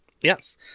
Yes